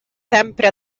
sempre